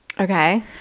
Okay